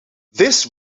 this